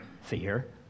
fear